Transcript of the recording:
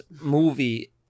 movie